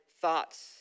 thoughts